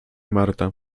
marta